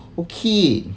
okay